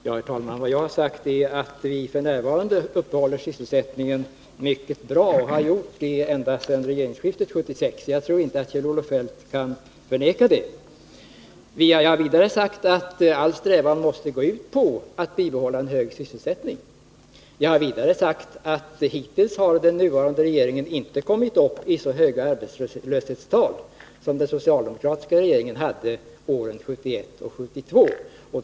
Herr talman! Vad jag har sagt är att vi f. n. upprätthåller sysselsättningen mycket bra och att vi har gjort det ända sedan regeringsskiftet 1976. Jag tror inte att Kjell-Olof Feldt kan förneka det. Jag har vidare sagt att strävan måste gå ut på att bibehålla en hög sysselsättning. Och hittills har arbetslösheten under den nuvarande regeringen inte kommit upp i så höga tal som under det socialdemokratiska regeringsinnehavet åren 1971 och 1972.